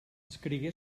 escrigué